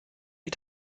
wie